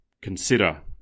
consider